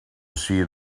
see